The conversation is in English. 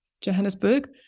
Johannesburg